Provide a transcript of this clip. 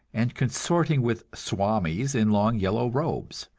and consorting with swamis in long yellow robes.